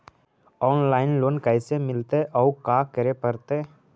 Online loan कैसे मिलतै औ का करे पड़तै?